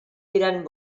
diran